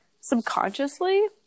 subconsciously